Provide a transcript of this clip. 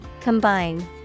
Combine